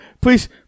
Please